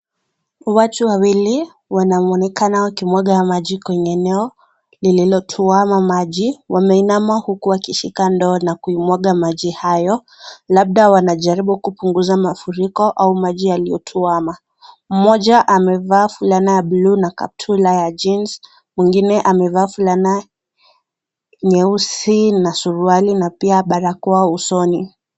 Watu wawili wanaonekana wakimwaga maji kwenye eneo lililotuama maji. Wameinama huku wakishika ndoo na kuimwaga maji hayo, labda wanajaribu kupunguza mafuriko au maji yaliyotuama. Mmoja amevaa fulana ya bluu na kaptula ya jeans , mwingine amevaa fulana nyeusi na suruali na pia barakoa usoni.